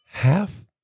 Half